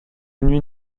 nuit